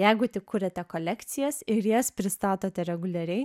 jeigu tik kuriate kolekcijas ir jas pristatote reguliariai